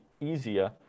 easier